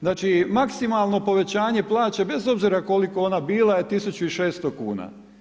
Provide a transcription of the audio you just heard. Znači, maksimalno povećanje plaće bez obzira kolika ona bila je 1.600,00 kn.